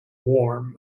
warm